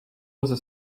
lze